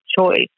choice